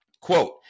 Quote